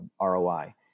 ROI